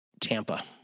Tampa